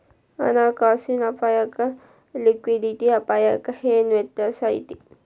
ಹಣ ಕಾಸಿನ್ ಅಪ್ಪಾಯಕ್ಕ ಲಿಕ್ವಿಡಿಟಿ ಅಪಾಯಕ್ಕ ಏನ್ ವ್ಯತ್ಯಾಸಾ ಐತಿ?